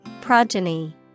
Progeny